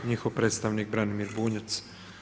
Njihov predstavnik Branimir Bunjac.